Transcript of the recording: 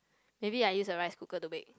maybe I use the rice cooker to bake